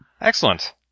Excellent